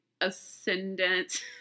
ascendant